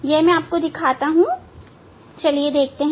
यह मैं आपको दिखाता हूं चलिए देखते हैं